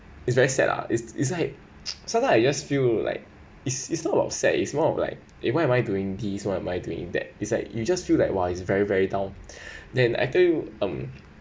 it's very sad lah is is like sometime I just feel like it's it's not about sad it's more of like eh why am I doing this why am I doing that it's like you just feel like why is very very dull then after that you um